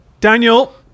Daniel